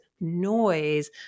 noise